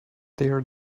there